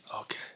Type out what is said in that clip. Okay